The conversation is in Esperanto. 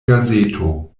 gazeto